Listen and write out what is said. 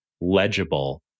legible